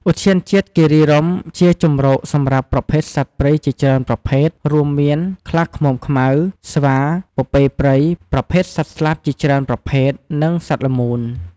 ឧទ្យានជាតិគិរីរម្យជាជម្រកសម្រាប់ប្រភេទសត្វព្រៃជាច្រើនប្រភេទ រួមមាន ខ្លាឃ្មុំខ្មៅ ស្វា ពពែព្រៃប្រភេទសត្វស្លាបជាច្រើនប្រភេទ និងសត្វល្មូន។